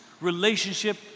relationship